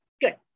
good